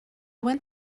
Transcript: went